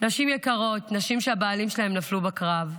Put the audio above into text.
נשים יקרות, נשים שהבעלים שלהן נפלו בקרב.